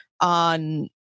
on